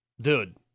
dude